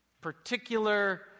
particular